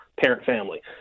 parent-family